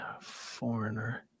foreigner